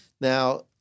Now